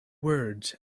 words